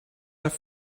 have